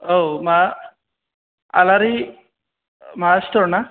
औ मा आलारि माबा स्थ'रना